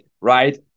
right